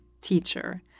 teacher